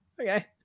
okay